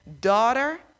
Daughter